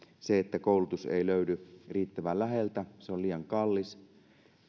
se että koulutus ei löydy riittävän läheltä se on liian kallis